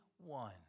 one